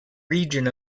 region